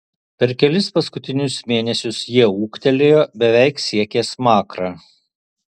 per kelis paskutinius mėnesius jie ūgtelėjo beveik siekė smakrą